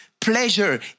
pleasure